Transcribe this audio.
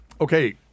Okay